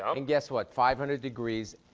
um and guess what? five hundred degrees,